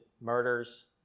murders